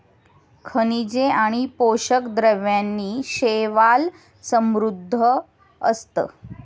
खनिजे आणि पोषक द्रव्यांनी शैवाल समृद्ध असतं